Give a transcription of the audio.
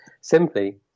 simply